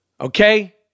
Okay